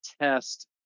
test